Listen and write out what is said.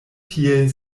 tiel